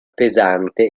pesante